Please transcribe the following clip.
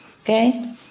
okay